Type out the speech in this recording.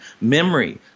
memory